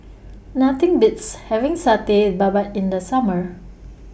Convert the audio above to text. Nothing Beats having Satay Babat in The Summer